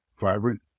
vibrant